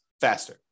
faster